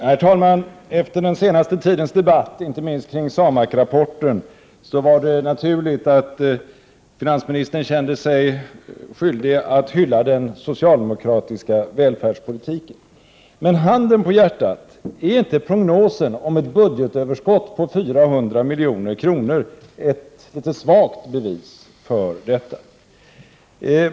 Herr talman! Efter den senaste tidens debatt, inte minst kring SAMAK rapporten, var det naturligt att finansministern kände sig skyldig att hylla den socialdemokratiska välfärdspolitiken. Men, handen på hjärtat, är inte prognosen om ett budgetöverskott på 400 milj.kr. ett litet svagt bevis för detta?